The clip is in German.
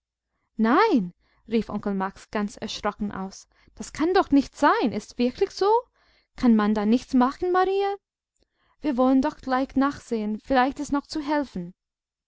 nein rief onkel max ganz erschrocken aus das kann doch nicht sein ist's wirklich so kann man da nichts machen marie wir wollen doch gleich nachsehen vielleicht ist noch zu helfen